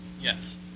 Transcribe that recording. Yes